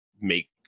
make